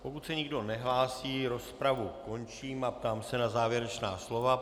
Pokud se nikdo nehlásí, rozpravu končím a ptám se na závěrečná slova.